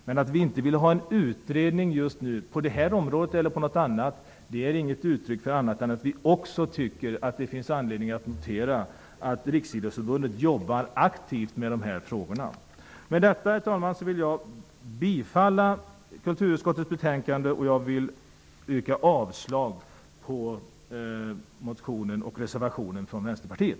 Men vi vill inte göra en utredning just nu på det här området, eller på något annat område, och det är ett uttryck för att vi tycker att det finns anledning att notera att Riksidrottsförbundet jobbar aktivt med dessa frågor. Med detta, herr talman, vill jag yrka bifall till kulturutskottets hemställan och avslag på reservationen från Vänsterpartiet.